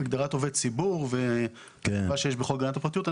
הגדרת עובד ציבור ומה שיש בחוק הגנת הפרטיות.